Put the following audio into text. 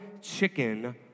chicken